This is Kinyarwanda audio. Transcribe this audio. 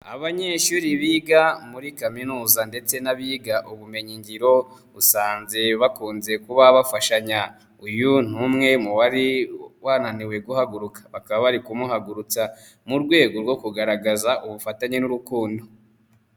Abanyeshuri biga muri kaminuza ndetse n'abiga ubumenyigiro, usanze bakunze kuba bafashanya. Uyu n'umwe mu wari wananiwe guhaguruka, bakaba bari kumuhagurutsa mu rwego rwo kugaragaza ubufatanye n'urukundo.